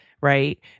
Right